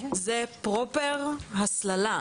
זו הסללה,